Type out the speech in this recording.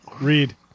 Read